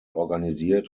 organisiert